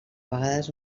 vegades